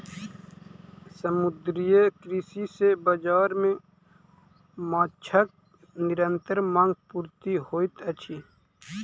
समुद्रीय कृषि सॅ बाजार मे माँछक निरंतर मांग पूर्ति होइत अछि